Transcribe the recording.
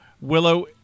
Willow